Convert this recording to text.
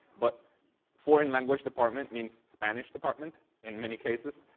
but foreign language department means spanish department, in many cases.